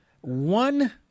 one